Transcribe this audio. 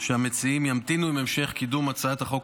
שהמציעים ימתינו עם המשך קידום הצעת החוק